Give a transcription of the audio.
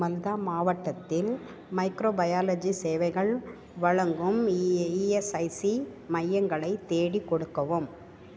மந்தா மாவட்டத்தில் மைக்ரோபயாலஜி சேவைகள் வழங்கும் இ இஎஸ்ஐசி மையங்களைத் தேடிக் கொடுக்கவும்